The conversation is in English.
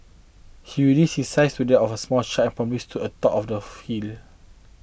he reduced his size to that of a small child and promptly stood atop of the hills